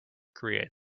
create